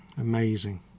Amazing